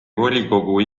volikogu